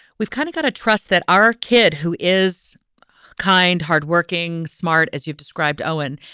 we've kind of got to trust that our kid, who is kind, hardworking, smart, as you've described, ohan,